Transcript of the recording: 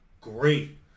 great